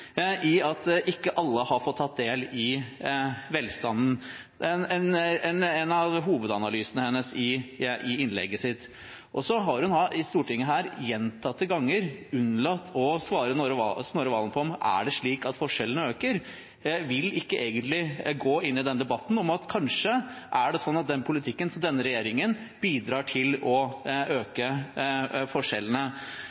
at ikke alle har fått ta del i velstanden. Det er en av hovedanalysene i innlegget hennes. Så har hun her i Stortinget, gjentatte ganger, unnlatt å svare Snorre Serigstad Valen på om forskjellene øker. Hun vil egentlig ikke gå inn i debatten om at det kanskje er slik at den politikken som denne regjeringen fører, bidrar til å